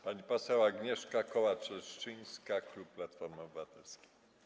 Pani poseł Agnieszka Kołacz-Leszczyńska, klub Platformy Obywatelskiej.